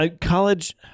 college